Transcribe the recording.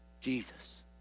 Jesus